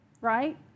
right